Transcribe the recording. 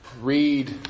read